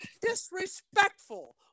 disrespectful